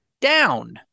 down